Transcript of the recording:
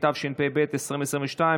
התשפ"ב 2022,